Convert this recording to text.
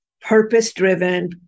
purpose-driven